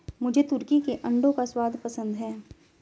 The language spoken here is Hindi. मुझे तुर्की के अंडों का स्वाद पसंद है